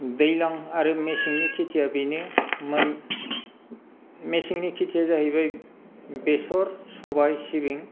दैज्लां आरो मेसेंनि खेथिआ बेनोमोन मेसेंनि खेथिआ जाहैबाय बेसर सबाय सिबिं